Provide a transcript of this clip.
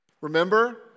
Remember